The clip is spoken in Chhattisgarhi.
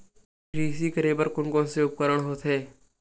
कृषि करेबर कोन कौन से उपकरण होथे?